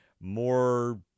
more